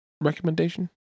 recommendation